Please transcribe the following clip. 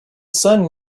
sun